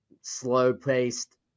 slow-paced